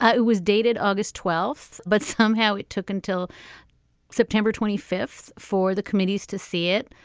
ah it was dated august twelfth but somehow it took until september twenty fifth for the committees to see it.